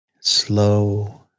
slow